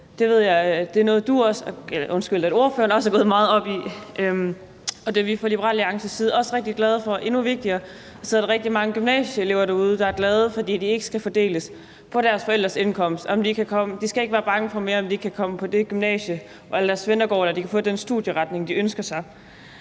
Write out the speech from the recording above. jeg er noget, ordføreren også er gået meget op i, og det er vi fra Liberal Alliances side også rigtig glade for. Endnu vigtigere er det, at der er rigtig mange gymnasieelever derude, der er glade, fordi de ikke skal fordeles på baggrund af deres forældres indkomst; de skal ikke længere være bange for, om de kan komme på det gymnasium, hvor alle deres venner går, eller de kan få den studieretning, de ønsker sig.